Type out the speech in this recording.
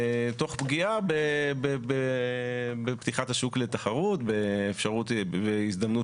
תוך פגיעה בפתיחת השוק לתחרות ובמתן הזדמנות